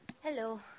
Hello